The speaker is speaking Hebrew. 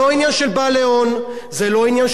זה לא עניין של הסדרי חוב כאלה ואחרים,